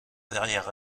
derrière